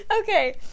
Okay